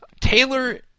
Taylor